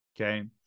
Okay